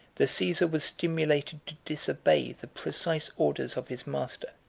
the caesar was stimulated to disobey the precise orders of his master,